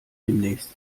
demnächst